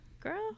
Girl